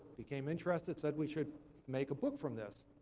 became interested said we should make a book from this.